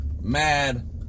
mad